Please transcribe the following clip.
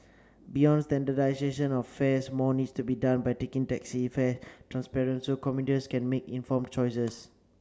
beyond standardization of fares more needs to be done by taking taxi fare transparent so commuters can make informed choices